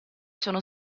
sono